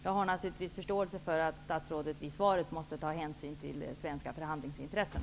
Jag har naturligtvis förståelse för att statsrådet i svaret måste ta hänsyn till svenska förhandlingsintressen.